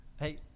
Hey